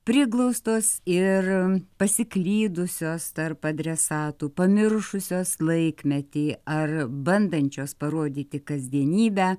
priglaustos ir pasiklydusios tarp adresatų pamiršusios laikmetį ar bandančios parodyti kasdienybę